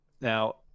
Now